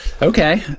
Okay